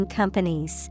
companies